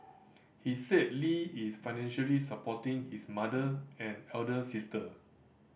he said Lee is financially supporting his mother and elder sister